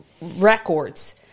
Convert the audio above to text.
records